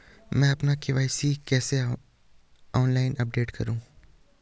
मैं अपना KYC online कैसे अपडेट करूँ?